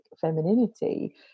femininity